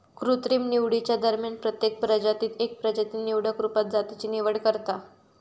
कृत्रिम निवडीच्या दरम्यान प्रत्येक प्रजातीत एक प्रजाती निवडक रुपात जातीची निवड करता